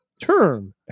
term